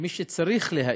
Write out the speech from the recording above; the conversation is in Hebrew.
במי שצריך להאיץ.